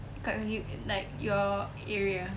kat like your area